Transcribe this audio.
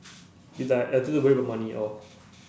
it's like I don't have to worry about money at all